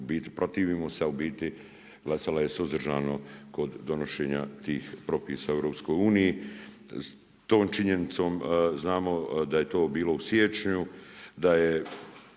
protivimo se, a u biti glasala je suzdržano kod donošenja tih propisa u EU. S tom činjenicom znamo da je to bilo u siječnju, da je